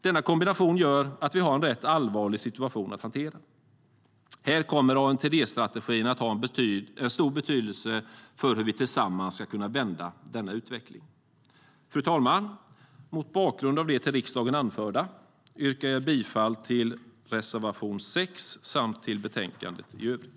Denna kombination gör att vi har en rätt allvarlig situation att hantera. Här kommer ANTD-strategin att ha stor betydelse för hur vi tillsammans ska kunna vända denna utveckling. Fru talman! Mot bakgrund av det till riksdagen anförda yrkar jag bifall till reservation 6 samt till betänkandets förslag i övrigt.